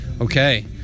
Okay